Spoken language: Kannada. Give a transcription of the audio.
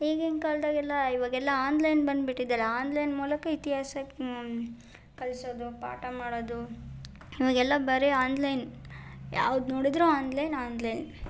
ಈಗಿನ ಕಾಲ್ದಲ್ಲೆಲ್ಲಾ ಇವಾಗೆಲ್ಲ ಆನ್ಲೈನ್ ಬಂದ್ಬಿಟ್ಟಿದೆಯಲ್ಲ ಆನ್ಲೈನ್ ಮೂಲಕ ಇತಿಹಾಸಕ್ ಕಲಿಸೋದು ಪಾಠ ಮಾಡೋದು ಇವಾಗೆಲ್ಲ ಬರೀ ಆನ್ಲೈನ್ ಯಾವ್ದು ನೋಡಿದರೂ ಆನ್ಲೈನ್ ಆನ್ಲೈನ್